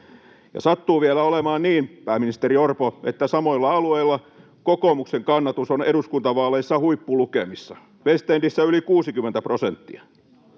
sattuu vielä olemaan niin, pääministeri Orpo, että samoilla alueilla kokoomuksen kannatus on eduskuntavaaleissa huippulukemissa, Westendissä yli 60 prosenttia.